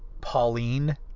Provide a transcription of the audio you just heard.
Pauline